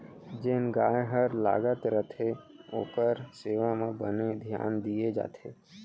जेन गाय हर लागत रथे ओकर सेवा म बने धियान दिये जाथे